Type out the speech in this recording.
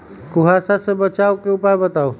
कुहासा से बचाव के उपाय बताऊ?